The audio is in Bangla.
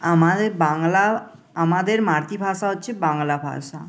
আমাদের বাংলা আমাদের মাতৃভাষা হচ্ছে বাংলা ভাষা